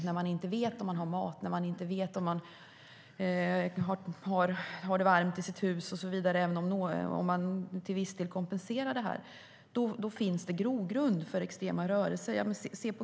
När man inte vet om man har mat eller om man har det varmt i sitt hus och så vidare - även om det till viss del kompenseras - finns det grogrund för extrema rörelser.